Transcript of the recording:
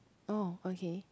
oh okay